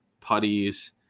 putties